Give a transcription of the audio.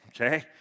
okay